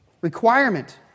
Requirement